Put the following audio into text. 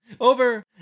over